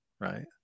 right